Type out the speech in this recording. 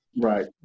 right